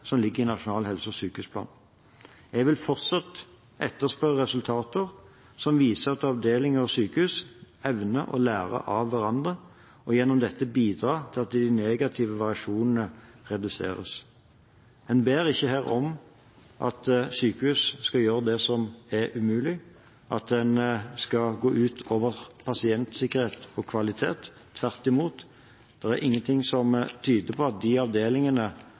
som ligger i Nasjonal helse- og sykehusplan. Jeg vil fortsatt etterspørre resultater som viser at avdelinger og sykehus evner å lære av hverandre, og gjennom dette bidra til at de negative variasjonene reduseres. En ber ikke om at sykehus skal gjøre det som er umulig, at en skal gå ut over pasientsikkerhet og kvalitet. Tvert imot er det ingenting som tyder på at de avdelingene